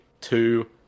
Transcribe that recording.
two